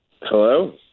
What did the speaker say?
Hello